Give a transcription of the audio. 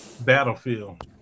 Battlefield